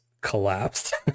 collapsed